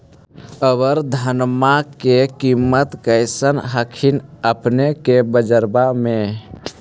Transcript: अबर धानमा के किमत्बा कैसन हखिन अपने के बजरबा में?